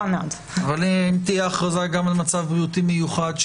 אבל אם תהיה הכרזה על מצב בריאותי מיוחד,